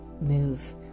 move